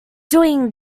doing